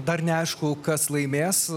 dar neaišku kas laimės